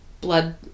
blood